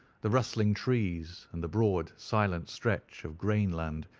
the rustling trees and the broad silent stretch of grain-land,